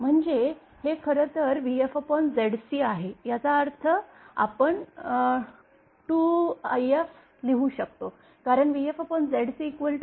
म्हणजे हे खरं तर vfZc आहे याचा अर्थ आपण 2if लिहू शकतो कारण vfZc if